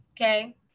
Okay